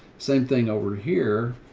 same thing over here,